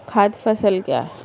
खाद्य फसल क्या है?